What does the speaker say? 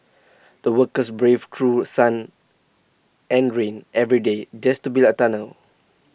the workers braved through sun and rain every day just to build the tunnel